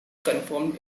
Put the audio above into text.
confirmed